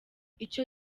ico